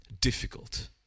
difficult